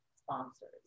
sponsors